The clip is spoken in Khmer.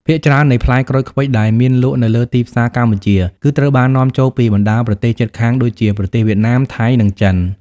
ភាគច្រើននៃផ្លែក្រូចឃ្វិចដែលមានលក់នៅលើទីផ្សារកម្ពុជា គឺ ត្រូវបាននាំចូល ពីបណ្តាប្រទេសជិតខាងដូចជាប្រទេសវៀតណាម ថៃ និងចិន។